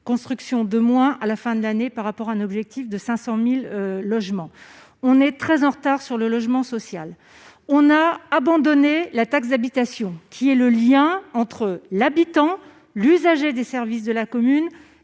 constructions de moins à la fin de l'année, sur un objectif de 500 000 logements. Nous sommes très en retard sur le logement social. On a abandonné la taxe d'habitation, qui assurait le lien entre l'habitant, l'usager des services de la commune